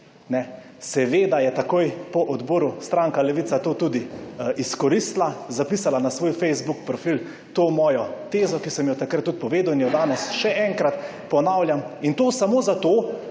Seveda je takoj po odboru stranka Levica to tudi izkoristila. Zapisala na svoj Facebook profil to mojo tezo, ki sem jo takrat tudi povedal in jo danes še enkrat ponavljam in to samo zato,